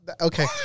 Okay